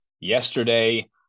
yesterday